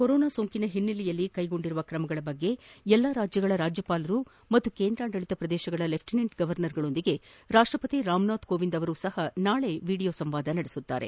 corona ಸೋಂಕಿನ ಹಿನ್ನೆಲೆಯಲ್ಲಿ ಕೈಗೊಂಡಿರುವ ಕ್ರಮಗಳ ಬಗ್ಗೆ ಎಲ್ಲಾ ರಾಜ್ಯಗಳ ರಾಜ್ಯಪಾಲರು ಮತ್ತು ಕೇಂದ್ರಾಡಳಿತ ಪ್ರದೇಶಗಳ ಲೆಫ್ಟಿನೆಂಟ್ ಗವರ್ನರ್ಗಳೊಂದಿಗೆ ರಾಷ್ಷಪತಿ ರಾಮನಾಥ್ ಕೋವಿಂದ್ ನಾಳೆ ವೀಡಿಯೋ ಸಂವಾದ ನಡೆಸಲಿದ್ದಾರೆ